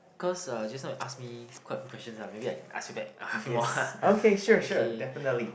because uh just now you ask me quite a questions ah maybe I can ask you back a bit more ah okay